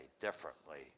differently